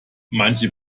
manche